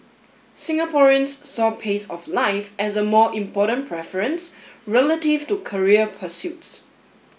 Singaporeans saw pace of life as a more important preference relative to career pursuits